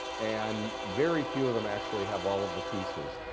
and very few of them actually have all of the pieces,